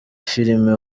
filime